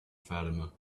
fatima